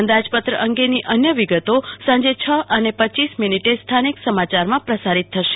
અંદાજપત્ર અંગેની અન્ય વિગતો સાંજે છ અને પચ્યીસ મીનીટે સ્થાનિક સમાચારમાં પ્રસારિત થશે